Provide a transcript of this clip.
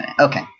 Okay